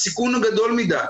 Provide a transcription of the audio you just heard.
הסיכון הוא גדול מדי.